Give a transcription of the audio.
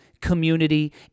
community